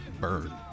Burn